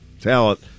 talent